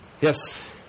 Yes